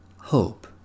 hope